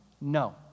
no